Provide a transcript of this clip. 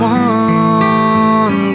one